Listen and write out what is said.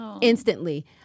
instantly